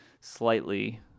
slightly